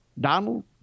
Donald